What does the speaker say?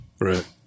Right